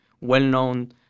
well-known